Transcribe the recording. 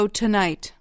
tonight